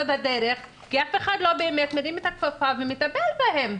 בדרך כי אף אחד לא באמת מרים את הכפפה ומטפל בהם.